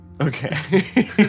Okay